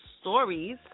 stories